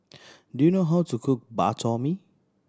do you know how to cook Bak Chor Mee